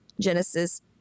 Genesis